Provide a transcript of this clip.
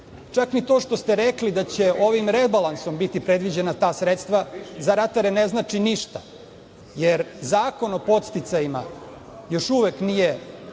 čak ni to što ste rekli da će ovim rebalansom biti predviđena ta sredstva, za ratare ne znači ništa, jer Zakon o podsticajima još uvek nije